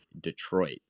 Detroit